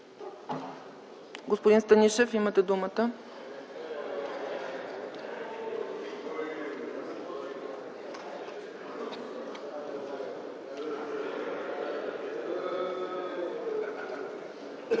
Господин Станишев, имате думата